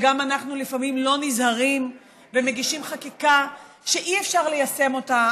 וגם אנחנו לפעמים לא נזהרים ומגישים חקיקה שאי-אפשר ליישם אותה.